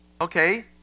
okay